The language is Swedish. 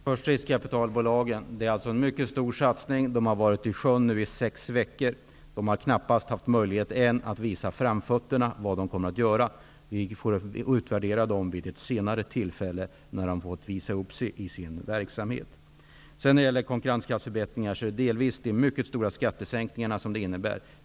Herr talman! Först till riskkapitalbolagen. Det är en mycket stor satsning. De har nu varit i gång i sex veckor. De har ännu knappast haft möjlighet att visa framfötterna och vad de kommer att göra. Vi får utvärdera dem vid ett senare tillfälle när de fått visa upp sig i sin verksamhet. När det gäller konkurrenskraftsförbättringar medför delvis de stora skattesänkningarna sådana.